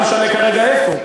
לא משנה כרגע איפה,